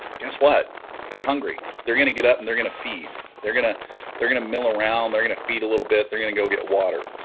guess what they're hungry they're gonna get up and they're gonna feed they're gonna they're gonna mill around they're gonna feed a little bit they're gonna go get water